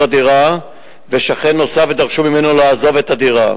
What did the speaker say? הדירה ושכן נוסף ודרשו ממנו לעזוב את הדירה.